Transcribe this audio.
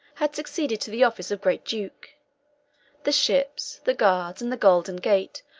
had succeeded to the office of great duke the ships, the guards, and the golden gate,